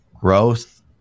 growth